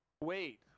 Wait